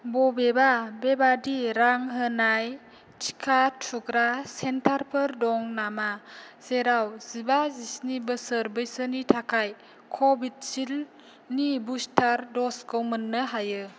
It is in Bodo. बबेबा बेबायदि रां होनाय टिका थुग्रा सेन्टारफोर दं नामा जेराव जिबा जिस्नि बोसोर बैसोनि थाखाय कभिसिल्दनि बुस्टार द'जखौ मोन्नो हायो